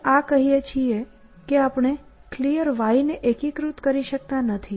આપણે આ કહીએ છીએ કે આપણે Clear ને એકીકૃત કરી શકતા નથી